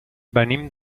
venim